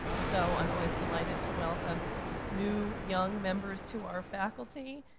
so i'm always delighted to welcome new, young members to our faculty.